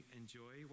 enjoy